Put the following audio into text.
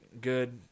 good